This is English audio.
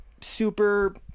super